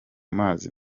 mazi